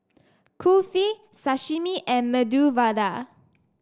Kulfi Sashimi and Medu Vada